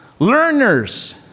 Learners